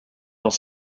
dans